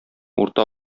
урта